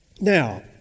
Now